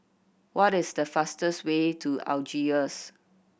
what is the fastest way to Algiers